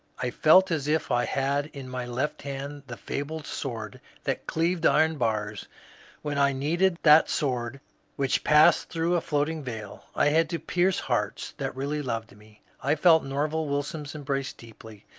i felt as if i had in my left hand the fabled sword that cleaved iron bars when i needed that sword which passed through a floating veil. i had to pierce hearts that really loved me. i felt nerval wilson's embrace deeply,